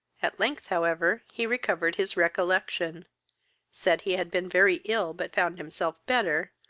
at length, however, he recovered his recollection said he had been very ill but found himself better,